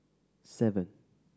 seven